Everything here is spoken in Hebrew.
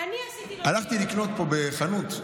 הלכתי לקנות פה בחנות,